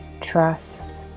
trust